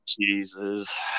Jesus